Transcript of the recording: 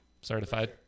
certified